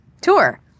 tour